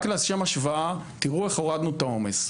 רק לשם השוואה, תראו איך הורדנו את העומס.